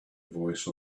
voice